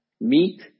meet